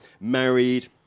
married